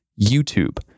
YouTube